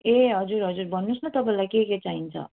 ए हजुर हजुर भन्नुहोस् न तपाईँलाई के के चाहिन्छ